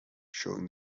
showing